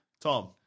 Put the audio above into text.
Tom